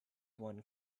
one